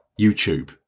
YouTube